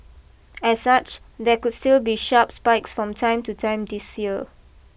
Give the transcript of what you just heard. as such there could still be sharp spikes from time to time this year